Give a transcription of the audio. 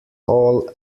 all